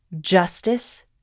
justice